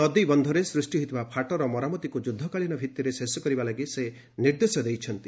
ନଦୀ ବନ୍ଧରେ ସୃଷ୍ଟି ହୋଇଥିବା ଫାଟର ମରାମତିକୁ ଯୁଦ୍ଧକାଳୀନ ଭିତ୍ତିରେ ଶେଷ କରିବା ପାଇଁ ସେ ନିର୍ଦ୍ଦେଶ ଦେଇଛନ୍ତି